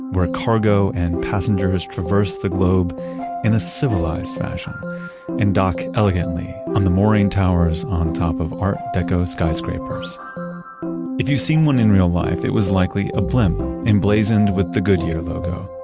where cargo and passengers traverse the globe in a civilized fashion and dock elegantly on the mooring towers on top of art deco skyscrapers if you've seen one in real life, it was likely a blimp emblazoned with the goodyear logo.